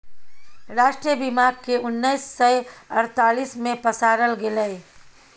राष्ट्रीय बीमाक केँ उन्नैस सय अड़तालीस मे पसारल गेलै